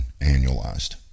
annualized